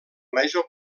major